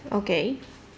okay